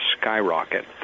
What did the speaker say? skyrocket